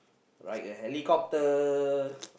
ride a helicopter